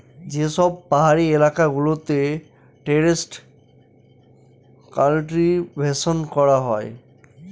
যে সব পাহাড়ি এলাকা গুলোতে টেরেস কাল্টিভেশন করা হয়